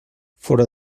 fora